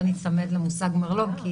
לא ניצמד למושג מרלו"ג,